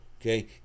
okay